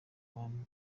bantu